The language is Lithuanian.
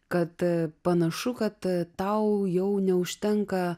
kad panašu kad tau jau neužtenka